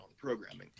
programming